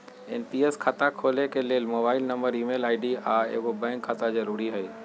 NPS खता खोले के लेल मोबाइल नंबर, ईमेल आई.डी, आऽ एगो बैंक खता जरुरी हइ